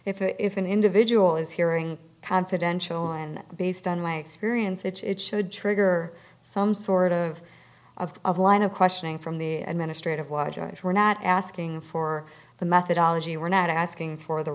if an individual is hearing confidential and based on my experience it's should trigger some sort of of of line of questioning from the administrate of water we're not asking for the methodology we're not asking for the